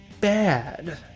bad